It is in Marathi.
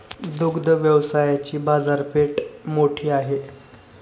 दुग्ध व्यवसायाची बाजारपेठ मोठी आहे